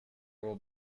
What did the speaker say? will